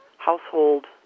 household